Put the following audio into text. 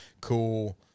Cool